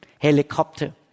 helicopter